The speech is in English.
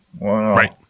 Right